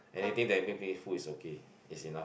anything that make me full is okay is enough